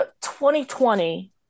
2020